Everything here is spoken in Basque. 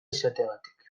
izateagatik